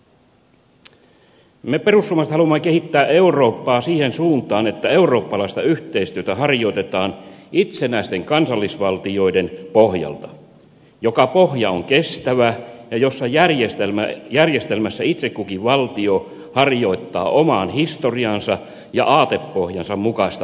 me perussuomalaiset haluamme kehittää eurooppaa siihen suuntaan että eurooppalaista yhteistyötä harjoitetaan itsenäisten kansallisvaltioiden pohjalta niin että pohja on kestävä ja järjestelmässä itse kukin valtio harjoittaa oman historiansa ja aatepohjansa mukaista politiikkaa